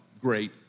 great